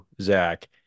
Zach